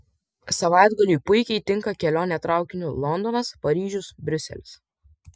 savaitgaliui puikiai tinka kelionė traukiniu londonas paryžius briuselis